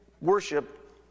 worship